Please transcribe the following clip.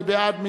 מי בעד?